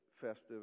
festive